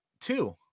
two